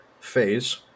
phase